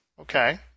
Okay